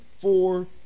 four